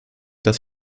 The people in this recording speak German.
das